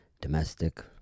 Domestic